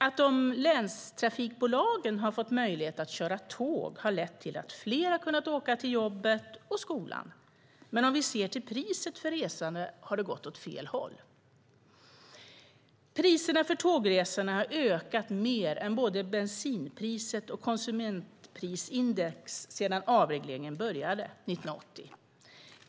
Att länstrafikbolagen har fått möjlighet att köra tåg har lett till att fler har kunnat åka till jobbet och skolan, men om vi ser till priset för resandet har det gått åt fel håll. Priserna för tågresorna har ökat mer än både bensinpriset och konsumentprisindex sedan avregleringen började 1980.